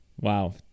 wow